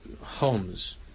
homes